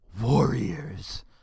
warriors